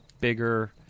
bigger